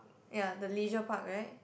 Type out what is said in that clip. ya the leisure park right